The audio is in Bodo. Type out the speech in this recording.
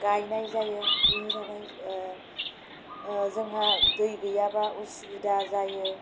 गायनाय जायो बेनि थाखायनो जोंहा दै गैयाब्ला असुबिदा जायो